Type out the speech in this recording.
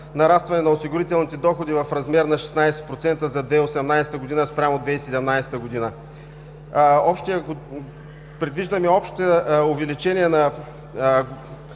на нарастване на осигурителните доходи в размер на 16% за 2018 г. спрямо 2017 г. Предвиждаме общо увеличение на